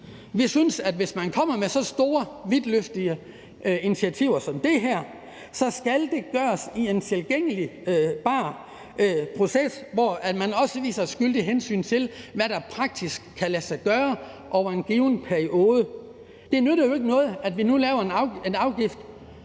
Vi synes, at hvis man kommer med så store, vidtløftige initiativer som det her, skal det gøres i en gennemsigtig proces, hvor man også viser et skyldigt hensyn til, hvad der praktisk kan lade sig gøre over en given periode. Det nytter jo ikke noget, at vi nu laver en afgift,